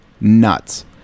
nuts